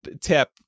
tip